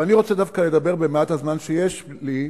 אבל אני רוצה דווקא לדבר, במעט הזמן שיש לי,